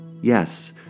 Yes